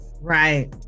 right